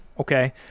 okay